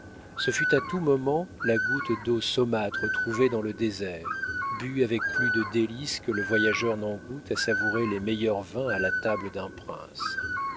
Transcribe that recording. ce fut à tout moment la goutte d'eau saumâtre trouvée dans le désert bue avec plus de délices que le voyageur n'en goûte à savourer les meilleurs vins à la table d'un prince